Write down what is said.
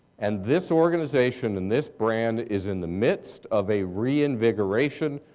and this organization and this brand is in the midst of a reinvigoration,